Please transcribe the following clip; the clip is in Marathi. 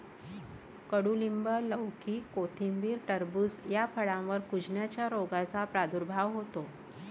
कडूलिंब, लौकी, कोथिंबीर, टरबूज या फळांवर कुजण्याच्या रोगाचा प्रादुर्भाव होतो